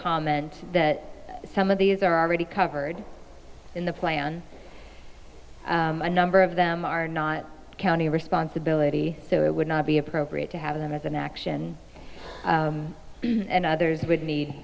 comment that some of these are already covered in the plan a number of them are not county responsibility so it would not be appropriate to have them as an action and others would need